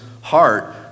heart